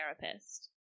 therapist